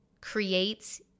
creates